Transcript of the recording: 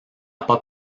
pas